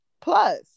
plus